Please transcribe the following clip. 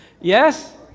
Yes